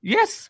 Yes